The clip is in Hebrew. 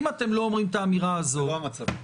אם אתם לא אומרים את האמירה הזאת -- זה לא המצב.